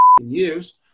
years